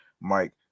mike